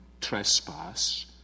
trespass